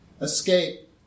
escape